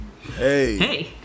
Hey